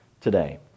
today